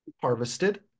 harvested